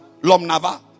Lomnava